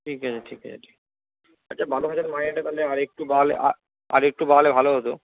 ঠিক আছে ঠিক আছে ঠিক আছে আচ্ছা বারো হাজার মাইনেটা তাহলে আরেকটু বাড়ালে আরেকটু বাড়ালে ভালো হত